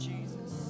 Jesus